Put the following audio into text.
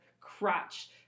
crutch